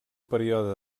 període